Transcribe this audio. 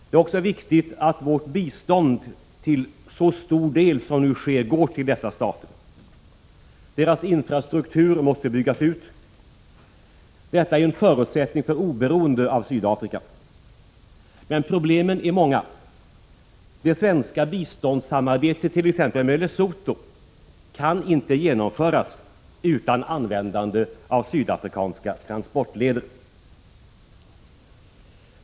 Det är också viktigt att vårt bistånd till så stor del som nu sker går till dessa stater. Deras infrastruktur måste byggas ut. Detta är en förutsättning för oberoende av Sydafrika. Men problemen är många. Det svenska biståndssamarbetet med t.ex. Lesotho kan inte genomföras utan användande av Sydafrikas transportleder.